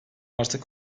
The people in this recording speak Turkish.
artık